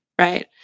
Right